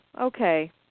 okay